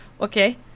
okay